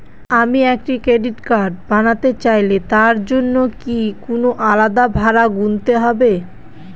আমি একটি credit card বানাতে চাইলে তার জন্য কি কোনো আলাদা ভাড়া গুনতে হবে?